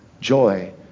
joy